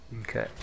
Okay